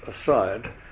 aside